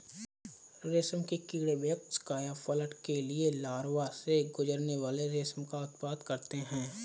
रेशम के कीड़े वयस्क कायापलट के लिए लार्वा से गुजरने पर रेशम का उत्पादन करते हैं